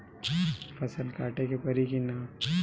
फसल काटे के परी कि न?